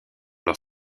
leur